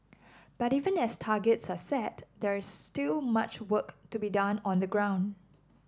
but even as targets are set there is still much work to be done on the ground